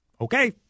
okay